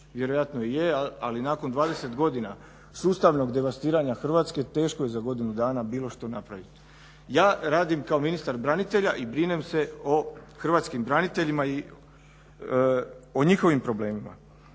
vjerojatno i je, ali nakon 20 godina sustavnog devastiranja Hrvatske teško je za godinu dana bilo što napraviti. Ja radim kao ministar branitelja i brinem se o hrvatskim braniteljima i o njihovim problemima.